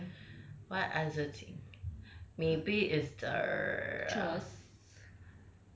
everything what other thing maybe is the err